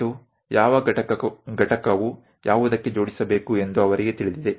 ಮತ್ತು ಯಾವ ಘಟಕವು ಯಾವುದಕ್ಕೆ ಜೋಡಿಸಬೇಕು ಎಂದು ಅವರಿಗೆ ತಿಳಿದಿದೆ